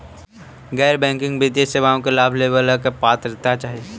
गैर बैंकिंग वित्तीय सेवाओं के लाभ लेवेला का पात्रता चाही?